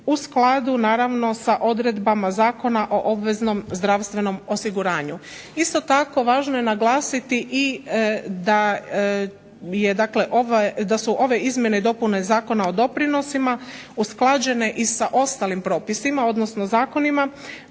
u skladu naravno sa odredbama Zakona o obveznom zdravstvenom osiguranju. Isto tako važno je naglasiti i da je dakle, da su ove izmjene i dopune Zakona o doprinosima usklađene i sa ostalim propisima, odnosno zakonima.